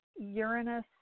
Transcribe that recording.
Uranus